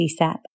CSAP